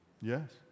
Yes